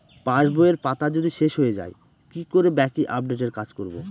পাসবইয়ের পাতা যদি শেষ হয়ে য়ায় কি করে বাকী আপডেটের কাজ করব?